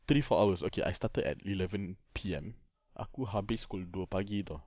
three four hours okay I started at eleven P_M aku habis pukul dua pagi tahu